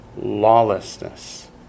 lawlessness